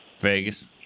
Vegas